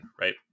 right